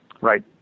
Right